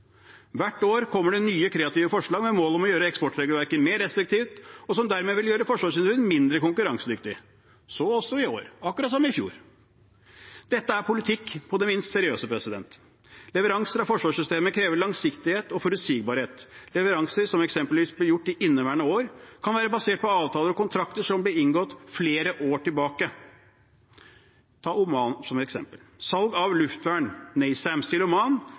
Hvert år kommer det nye kreative forslag med mål om å gjøre eksportregelverket mer restriktivt, som dermed vil gjøre forsvarsindustrien mindre konkurransedyktig – så også i år, akkurat som i fjor. Dette er politikk på sitt minst seriøse. Leveranser av forsvarssystemer krever langsiktighet og forutsigbarhet. Leveranser som eksempelvis blir gjort i inneværende år, kan være basert på avtaler og kontrakter som ble inngått flere år tilbake. Ta Oman som eksempel: Salg av